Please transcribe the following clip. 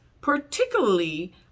particularly